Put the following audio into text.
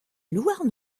louarn